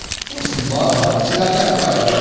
show her some love audience she got that right.